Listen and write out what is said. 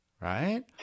right